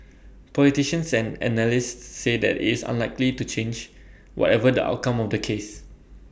politicians and analysts say that is unlikely to change whatever the outcome of the cases